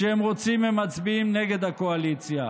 כשהם רוצים הם מצביעים נגד הקואליציה.